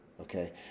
Okay